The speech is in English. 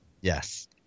Yes